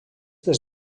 des